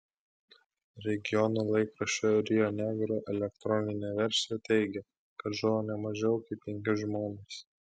regiono laikraščio rio negro elektroninė versija teigia kad žuvo ne mažiau kaip penki žmonės